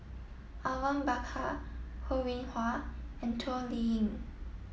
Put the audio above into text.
Awang Bakar Ho Rih Hwa and Toh Liying